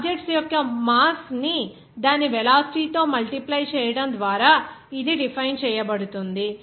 objects యొక్క mass ని దాని వెలాసిటీ తో మల్టిప్లై చేయడం ద్వారా ఇది డిఫైన్ చేయబడుతుంది